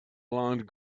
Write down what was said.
blond